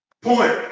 Point